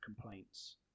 complaints